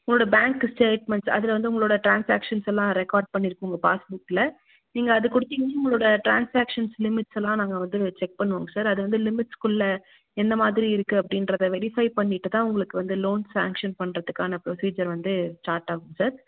உங்களோடய bank statements அதில் வந்து உங்களோடய ட்ராசாக்ஷன்ஸ் எல்லாம் ரெக்கார்ட் பண்ணியிருக்கும் உங்கள் பாஸ்புக்கில் நீங்கள் அது கொடுத்தீங்னா உங்களோடு ட்ராசாக்ஷன்ஸ் லிமிட்ஸெல்லாம் நாங்கள் வந்து செக் பண்ணுவோங்க சார் அது வந்து லிமிட்ஸ்க்குள்ளே என்ன மாதிரி இருக்குது அப்டின்றதை வெரிஃபை பண்ணிகிட்டுதான் உங்களுக்கு வந்து லோன் சேன்க்ஷன் பண்ணுறத்துக்கான ப்ரொசீஜர் வந்து ஸ்டார்ட் ஆகும் சார்